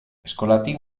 eskolatik